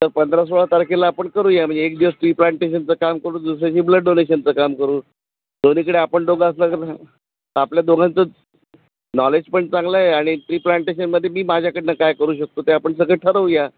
तर पंधरा सोळा तारखेला आपण करूया म्हणजे एक दिवस ट्री प्लांटेशनचं काम करू दुसऱ्या दिवशी ब्लड डोनेशनचं का करू दोन्हीकडे आपण दोघं असल्यावर आपल्या दोघांचं नॉलेज पण चांगलं आहे आणि ट्री प्लांटेशनमध्ये मी माझ्याकडनं काय करू शकतो ते आपण सगळं ठरवूया